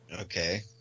Okay